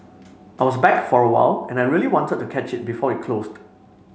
I was back for a while and I really wanted to catch it before it closed